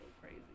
crazy